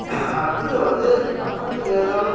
அடுத்தது வந்து பக்கத்தில் ஏதானும்